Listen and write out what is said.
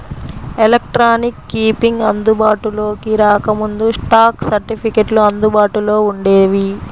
electronic keeping అందుబాటులోకి రాకముందు, stock సర్టిఫికెట్లు అందుబాటులో వుండేవి